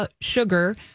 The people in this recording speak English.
sugar